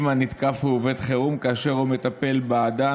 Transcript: אם הנתקף הוא עובד חירום כאשר הוא מטפל באדם